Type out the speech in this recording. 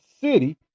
City